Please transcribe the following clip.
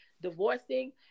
divorcing